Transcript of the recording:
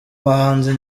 bahanzi